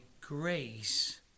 grace